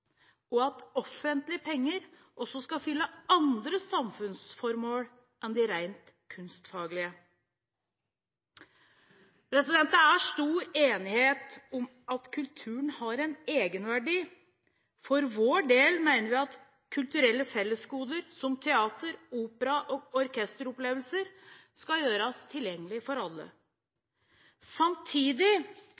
og at offentlige penger også skal fylle andre samfunnsformål enn de rent kunstfaglige. Det er stor enighet om at kulturen har en egenverdi. For vår del mener vi at kulturelle fellesgoder som teater, opera og orkesteropplevelser skal gjøres tilgjengelig for alle.